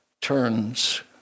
turns